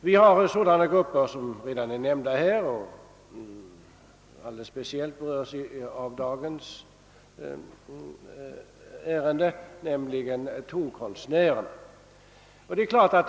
Vi har den grupp som redan nämnts och som alldeles speciellt berörs av dagens ärende, nämligen tonkonstnärerna.